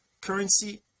currency